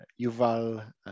Yuval